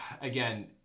Again